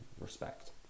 respect